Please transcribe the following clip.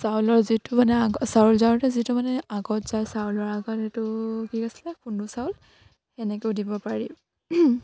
চাউলৰ যিটো মানে আগ চাউল জাৰোঁতে যিটো মানে আগত যায় চাউলৰ আগত এইটো কি আছিলে খুন্দু চাউল এনেকেও দিব পাৰি